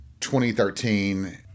2013